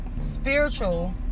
spiritual